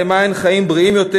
למען חיים בריאים יותר,